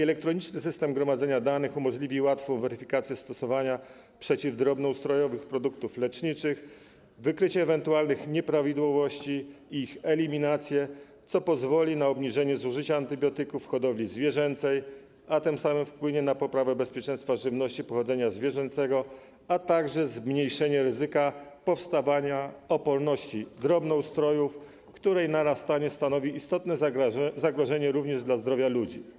Elektroniczny system gromadzenia danych umożliwi łatwą weryfikację stosowania przeciwdrobnoustrojowych produktów leczniczych oraz wykrycie ewentualnych nieprawidłowości i ich eliminację, co z kolei pozwoli na obniżenie zużycia antybiotyków w hodowli zwierzęcej, a tym samym wpłynie na poprawę bezpieczeństwa żywności pochodzenia zwierzęcego oraz zmniejszenie ryzyka powstawania oporności drobnoustrojów, której narastanie stanowi istotne zagrożenie również dla zdrowia ludzi.